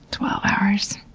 twelve hours.